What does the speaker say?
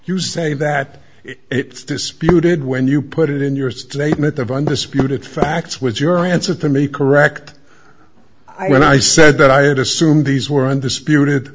you say that it did when you put it in your statement of undisputed facts with your answer to me correct i when i said that i had assumed these were undisputed